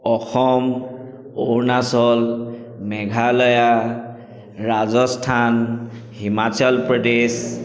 Assam Arunachal Meghalaya Rajasthan Himachal Pradesh